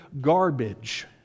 garbage